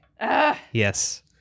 Yes